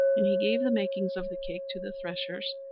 and he gave the makings of the cake to the threshers,